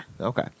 Okay